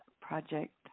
project